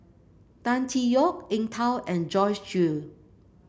Tan Tee Yoke Eng Tow and Joyce Jue